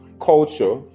culture